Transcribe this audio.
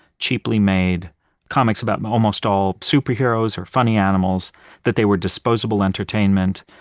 cheaply made comics about almost all superheroes, or funny animals that they were disposable entertainment,